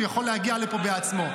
הוא יכול להגיע לפה בעצמו.